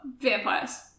vampires